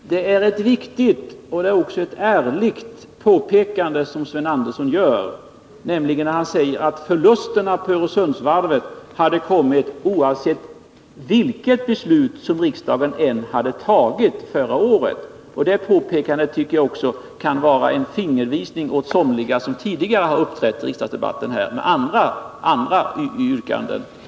Herr talman! Det är ett viktigt och också ärligt påpekande som Sven Andersson gör, nämligen att förlusterna för Öresundsvarvet hade kommit oavsett vilket beslut riksdagen hade fattat förra året. Det påpekandet kan, tycker jag, vara en fingervisning åt somliga, som tidigare har uppträtt i Nr 155 riksdagsdebatten här och fört fram andra men oriktiga påståenden. Tisdagen den